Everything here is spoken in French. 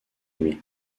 lui